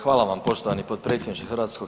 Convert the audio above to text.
Hvala vam poštovani potpredsjedniče HS.